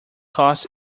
costs